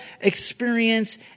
experience